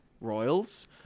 Royals